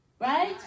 Right